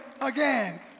again